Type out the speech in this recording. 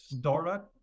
dora